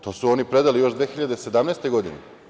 To su oni predali još 2017. godine.